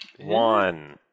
One